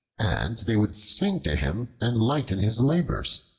and they would sing to him and lighten his labors.